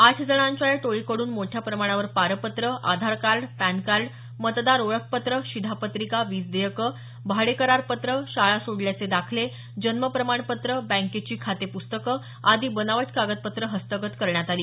आठ जणांच्या या टोळीकडून मोठ्या प्रमाणावर पारपत्र आधारकार्ड पॅनकार्ड मतदार ओळखपत्र शिधापत्रिका वीजदेयक भाडेकरारपत्र शाळा सोडल्याचे दाखले जन्मप्रमाणपत्र बँकेची खातेप्स्तकं आदी बनावट कागदपत्रं हस्तगत करण्यात आली